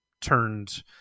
turned